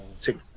take